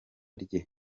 rye